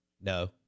no